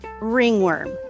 Ringworm